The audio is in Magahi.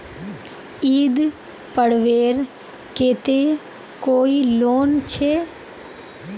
ईद पर्वेर केते कोई लोन छे?